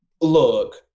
Look